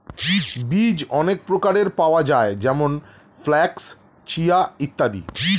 বীজ অনেক প্রকারের পাওয়া যায় যেমন ফ্ল্যাক্স, চিয়া ইত্যাদি